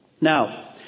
Now